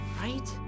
right